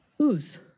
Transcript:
Ooze